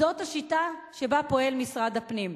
זאת השיטה שבה פועל משרד הפנים.